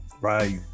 Right